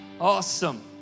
Awesome